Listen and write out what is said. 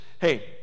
hey